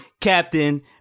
Captain